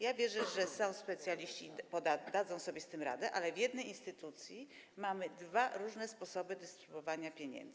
Ja wierzę, że są specjaliści, dadzą sobie z tym radę, ale w jednej instytucji mamy dwa różne sposoby dystrybuowania pieniędzy.